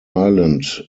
island